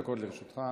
לרשותך.